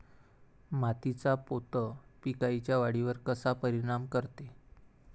मातीचा पोत पिकाईच्या वाढीवर कसा परिनाम करते?